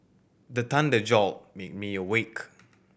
the thunder jolt me awake